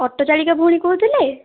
auto ଚାଳିକା ଭଉଣୀ କହୁଥିଲେ